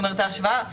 זאת אומרת,